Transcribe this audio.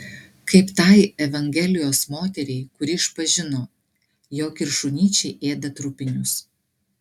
kaip tai evangelijos moteriai kuri išpažino jog ir šunyčiai ėda trupinius